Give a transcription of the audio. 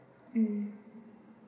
mm